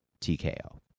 TKO